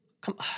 come